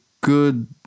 good